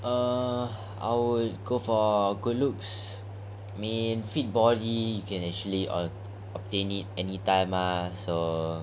err I would go for good looks I mean mean fit body you can actually a obtain it any time ah